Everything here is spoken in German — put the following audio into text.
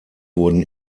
wurden